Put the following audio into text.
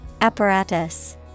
Apparatus